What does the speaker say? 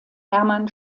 hermann